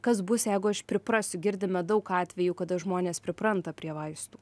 kas bus jeigu aš priprasiu girdime daug atvejų kada žmonės pripranta prie vaistų